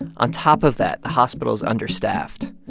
and on top of that, the hospital's understaffed.